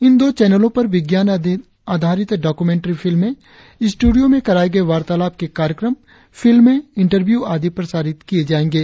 इन दो चैनलों पर विज्ञान आधारित डोक्य्रमेंटरी फिल्में स्टुडियों में कराये गये वार्तालाप के कार्यक्रम फिल्में इंटरव्यू आदि प्रसारित किये जायेंगे